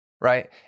right